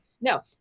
No